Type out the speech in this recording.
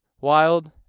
wild